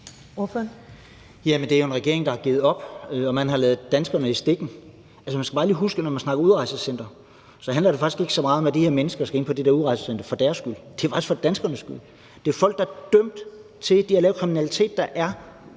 det er jo en regering, der har givet op, og man har ladet danskerne i stikken. Når man snakker udrejsecenter, skal man bare lige huske, at det så ikke handler så meget om, at de her mennesker skal ind på det der udrejsecenter for deres skyld, men at det også er for danskernes skyld. Det er jo folk, der er dømt. De har lavet kriminalitet, der er